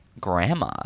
grandma